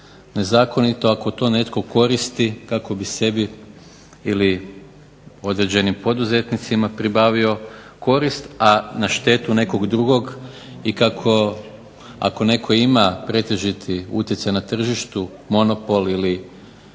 nezakonito ako to netko koristi kako bi sebi ili određenim poduzetnicima pribavio korist, a na štetu nekog drugog i kako ako netko ima pretežiti utjecaj na tržištu, monopol ili